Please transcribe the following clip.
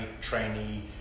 trainee